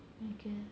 okay